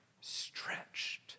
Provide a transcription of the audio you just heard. Stretched